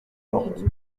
portes